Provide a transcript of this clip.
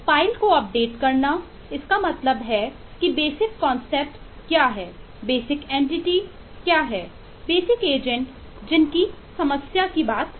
file को update जिनकी समस्या बात कर रहा है